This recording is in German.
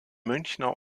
münchner